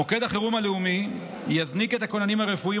מוקד החירום הלאומי יזניק את הכוננים הרפואיים